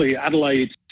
Adelaide